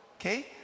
Okay